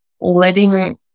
letting